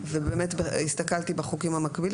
הסתכלתי בחוקים המקבילים.